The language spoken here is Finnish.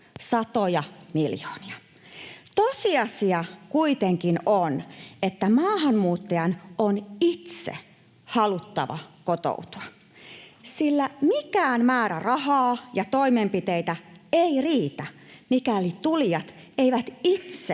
satoja miljoonia. Tosiasia kuitenkin on, että maahanmuuttajan on itse haluttava kotoutua, sillä mikään määrä rahaa ja toimenpiteitä ei riitä, mikäli tulijat eivät itse